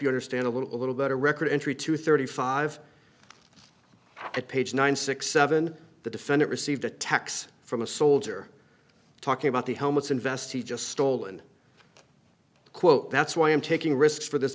you understand a little a little better record entry to thirty five page nine six seven the defendant received a text from a soldier talking about the helmets investee just stole and quote that's why i'm taking risks for this